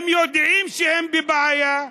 הם יודעים שהם בבעיה,